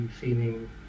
feeling